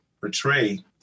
portray